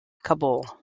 kabul